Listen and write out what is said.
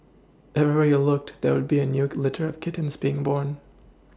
everywhere you looked there would be a new litter of kittens being born